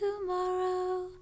tomorrow